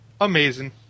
Amazing